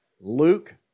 Luke